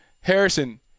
Harrison